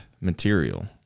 material